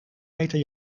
meter